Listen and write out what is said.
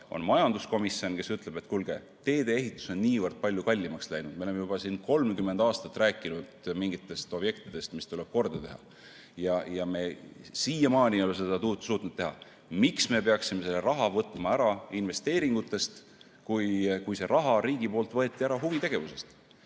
on majanduskomisjon, kes ütleb: "Kuulge, teedeehitus on niivõrd palju kallimaks läinud, me oleme juba 30 aastat rääkinud mingitest objektidest, mis tuleb korda teha, ja me siiamaani ei ole suutnud seda teha. Miks me peaksime selle raha võtma ära investeeringutest, kui riik selle raha võttis ära huvitegevusest?"